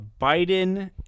Biden